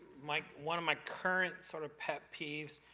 my one of my current sort of pet peeves,